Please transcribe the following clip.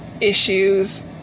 issues